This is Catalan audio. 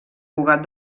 cugat